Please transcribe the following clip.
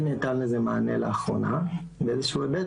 כן ניתן לזה מענה לאחרונה באיזשהו היבט,